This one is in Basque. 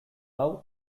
hau